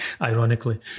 ironically